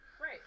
Right